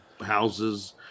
houses